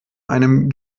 einem